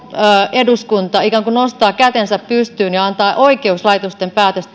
eduskunta ikään kuin nostaa kätensä pystyyn ja antaa oikeuslaitosten